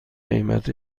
قیمت